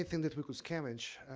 that we could scavenge,